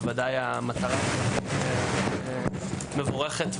מטרת החוק מבורכת,